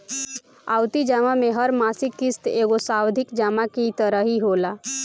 आवर्ती जमा में हर मासिक किश्त एगो सावधि जमा की तरही होला